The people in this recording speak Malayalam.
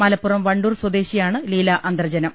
മലപ്പുറം വണ്ടൂർ സ്വദേശിയാണ് ലീലാ അന്തർജ്ജനം